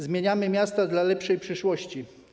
Zmieniamy miasta dla lepszej przyszłości.